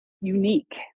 unique